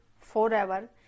Forever